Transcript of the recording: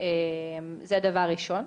זה דבר ראשון.